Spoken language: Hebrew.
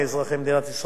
שהמליאה תאשר את זה.